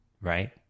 right